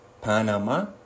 Panama